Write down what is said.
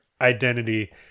identity